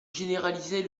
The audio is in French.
généraliser